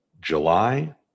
July